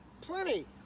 plenty